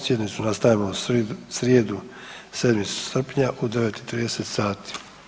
Sjednicu nastavljamo u srijedu 7. srpnja u 9,30 sati.